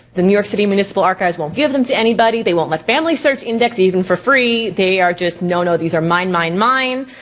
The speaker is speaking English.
the new york city municipal archives won't give them to anybody, they won't let family search index even for free. they are just no, no, these are mine, mine, mine.